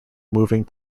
moving